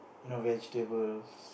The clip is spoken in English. you know vegetables